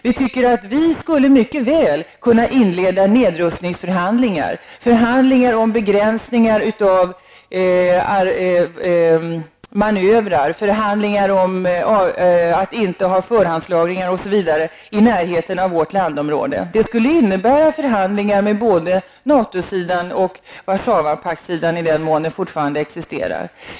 Vi tycker att Sverige mycket väl skulle kunna inleda nedrustningsförhandlingar om begränsningar av manövrar och förhandlingar om att inte ha förhandslagringar osv. i närheten av vårt landområde. Det skulle innebära förhandlingar med både NATO-sidan och Warszawapaktssidan, i den mån den fortfarande existerar.